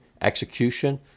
execution